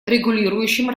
регулирующим